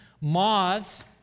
Moths